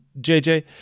JJ